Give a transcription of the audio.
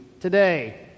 today